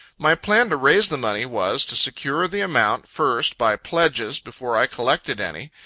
my plan to raise the money was, to secure the amount, first, by pledges, before i collected any.